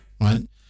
right